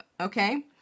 Okay